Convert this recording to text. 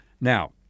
Now